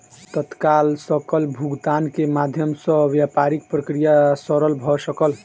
तत्काल सकल भुगतान के माध्यम सॅ व्यापारिक प्रक्रिया सरल भ सकल